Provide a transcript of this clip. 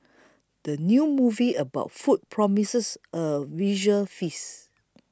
the new movie about food promises a visual feast